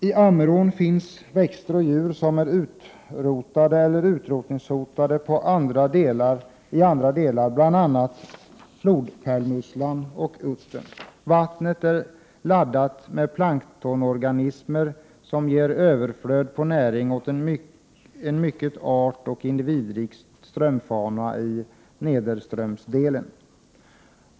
I Ammerån finns växter och djur som är utrotade eller utrotningshotade i andra delar av landet, bl.a. flodpärlmusslan och uttern. Vattnet är fyllt av planktonorganismer som ger överflöd på näring åt en mycket artoch individrik strömfauna i nederströmsdelen.